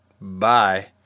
Bye